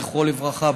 זכרו לברכה,